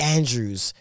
Andrews